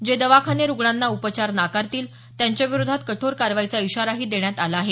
जे दवाखाने रुग्णांना उपचार नाकारतील त्यांच्याविरोधात कठोर कारवाईचा इशाराही देण्यात आला आहे